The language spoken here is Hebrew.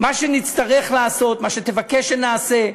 מה שנצטרך לעשות, מה שתבקש שנעשה.